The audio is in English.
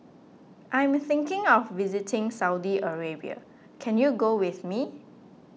I'm thinking of visiting Saudi Arabia can you go with me